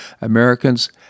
Americans